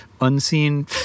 unseen